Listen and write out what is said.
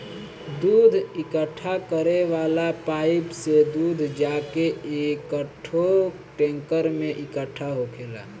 दूध इकट्ठा करे वाला पाइप से दूध जाके एकठो टैंकर में इकट्ठा होखेला